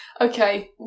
okay